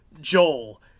Joel